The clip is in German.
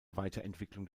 weiterentwicklung